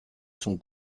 son